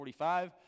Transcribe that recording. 45